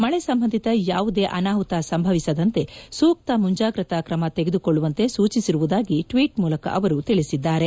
ಮಳೆ ಸಂಬಂಧಿತ ಯಾವುದೇ ಅನಾಹುತ ಸಂಭವಿಸದಂತೆ ಸೂಕ್ತ ಮುಂಜಾಗ್ರತಾ ಕ್ರಮ ತೆಗೆದುಕೊಳ್ಳುವಂತೆ ಸೂಚಿಸಿರುವುದಾಗಿ ಟ್ವೀಟ್ ಮೂಲಕ ಅವರು ತಿಳಿಸಿದ್ದಾರೆ